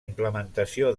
implementació